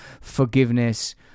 forgiveness